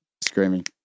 Screaming